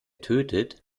tötet